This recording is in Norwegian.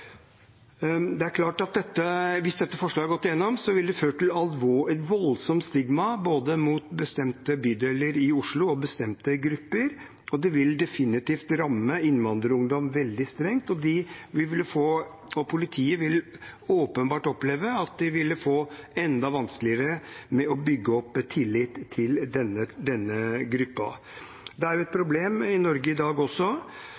Det er klart at hvis dette forslaget hadde gått gjennom, ville det ført til et voldsomt stigma mot både bestemte bydeler i Oslo og bestemte grupper. Det ville definitivt rammet innvandrerungdom veldig strengt, og politiet ville åpenbart opplevd at de ville fått det enda vanskeligere med å bygge opp tillit til denne gruppen. Det er jo et